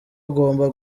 agomba